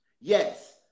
Yes